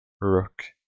Rook